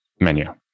menu